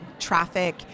traffic